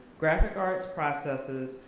graphic arts processes,